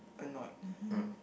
annoyed